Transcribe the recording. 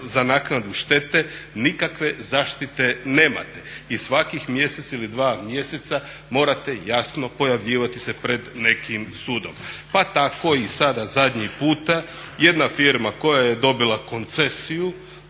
za naknadu štete nikakve zaštite nemate i svakih mjesec ili dva mjeseca morate jasno pojavljivati se pred nekim sudom. Pa tako i sada zadnji puta jedna firma koja je dobila koncesiju